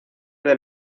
del